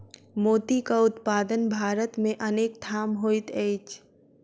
मोतीक उत्पादन भारत मे अनेक ठाम होइत अछि